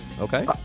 Okay